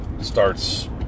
starts